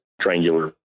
triangular